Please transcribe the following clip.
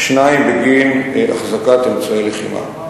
ושניים בגין החזקת אמצעי לחימה.